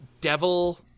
devil